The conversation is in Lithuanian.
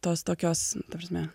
tos tokios ta prasme